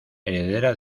heredera